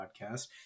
podcast